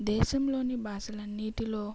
దేశంలోని భాషలు అన్నింటిలో